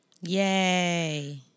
Yay